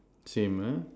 same ah